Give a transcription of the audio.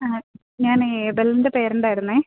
ഞാന് എബെലിൻ്റെ പേരന്റ് ആയിരുന്നു